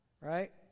Right